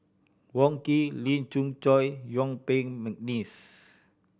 Wong Keen Lee Khoon Choy Yuen Peng McNeice